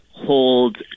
hold